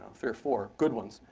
three or four good ones,